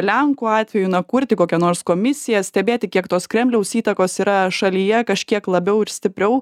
lenkų atveju na kurti kokią nors komisiją stebėti kiek tos kremliaus įtakos yra šalyje kažkiek labiau ir stipriau